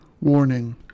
Warning